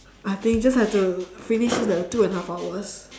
I think just have to finish the two and a half hours